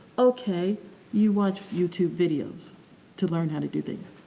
okay you watch youtube videos to learn how to do things.